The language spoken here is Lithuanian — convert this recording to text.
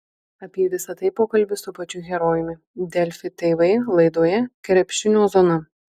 apie visa tai pokalbis su pačiu herojumi delfi tv laidoje krepšinio zona